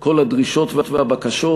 כל הדרישות והבקשות,